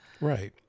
Right